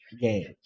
games